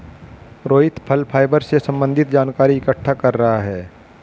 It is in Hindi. रोहित फल फाइबर से संबन्धित जानकारी इकट्ठा कर रहा है